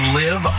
live